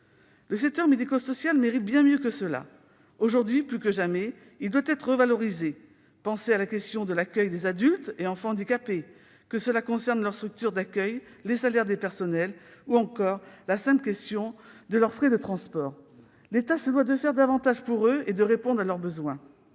Le secteur médico-social mérite bien mieux que cela ! Aujourd'hui plus que jamais, il doit être revalorisé. Pensez à la question de l'accueil des adultes et enfants handicapés. Que cela concerne leurs structures d'accueil, les salaires des personnels ou encore la simple question des frais de transport, l'État se doit de faire davantage pour eux et de répondre à leurs besoins.